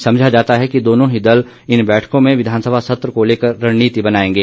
समझा जाता है कि दोनों ही दल इन बैठकों में विधानसभा सत्र को लेकर रणनीति बनाएंगे